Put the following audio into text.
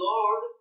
Lord